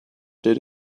did